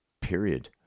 Period